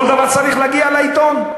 כל דבר צריך להגיע לעיתון?